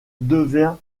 devient